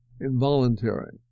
involuntary